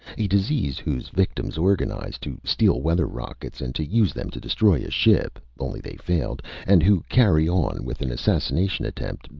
a disease whose victims organize to steal weather rockets and to use them to destroy a ship only they failed and who carry on with an assassination attempt.